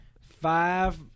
five